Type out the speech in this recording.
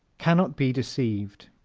can not be deceived